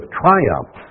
triumph